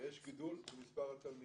ויש גידול במספר התלמידים.